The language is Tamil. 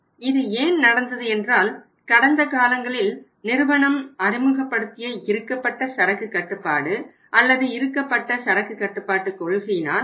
இது ஏன் நடந்தது என்றால் கடந்த காலங்களில் நிறுவனம் அறிமுகப்படுத்திய இறுக்கப்பட்ட சரக்கு கட்டுப்பாடு அல்லது இறுக்கப்பட்ட சரக்கு கட்டுப்பாட்டுக் கொள்கையினால் ஆகும்